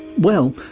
well,